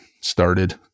started